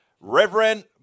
Reverend